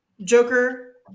Joker